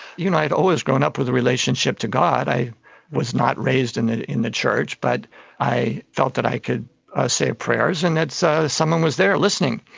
you know, and i had always grown up with a relationship to god. i was not raised in in the church but i felt that i could say prayers and that so someone was there listening.